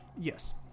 yes